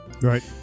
right